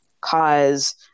cause